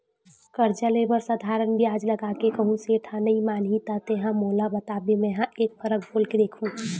करजा ले बर साधारन बियाज लगा के कहूँ सेठ ह नइ मानही त तेंहा मोला बताबे मेंहा एक फरक बोल के देखहूं